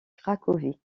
cracovie